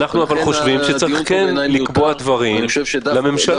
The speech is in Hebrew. אנחנו חושבים שכן צריך לקבוע דברים לממשלה.